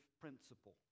principle